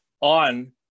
on